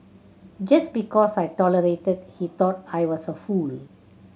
just because I tolerated he thought I was a fool